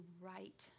right